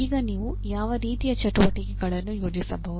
ಈಗ ನೀವು ಯಾವ ರೀತಿಯ ಚಟುವಟಿಕೆಗಳನ್ನು ಯೋಜಿಸಬಹುದು